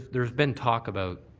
there has been talk about,